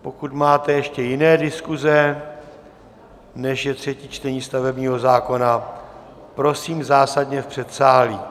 Pokud máte ještě jiné diskuze, než je třetí čtení stavebního zákona, prosím zásadně v předsálí.